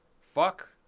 Fuck